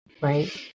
Right